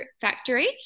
factory